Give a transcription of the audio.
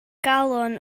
galon